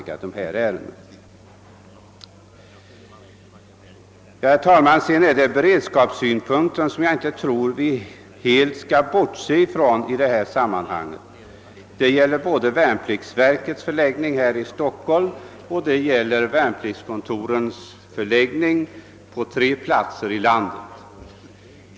Jag tror inte heller att vi helt skall bortse från beredskapssynpunkterna — det gäller både värnpliktsverkets förläggning här i Stockholm och värnpliktskontorens förläggning till tre platser i landet.